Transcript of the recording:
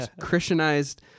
Christianized